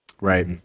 Right